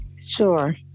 Sure